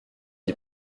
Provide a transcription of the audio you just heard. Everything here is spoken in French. d’y